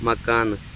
مکانہٕ